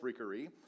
freakery